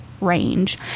range